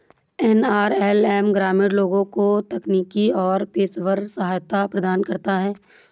NRLM ग्रामीण लोगों को तकनीकी और पेशेवर सहायता प्रदान करता है